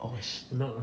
oh shit